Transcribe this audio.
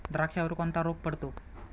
द्राक्षावर कोणता रोग पडतो?